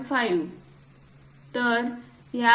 5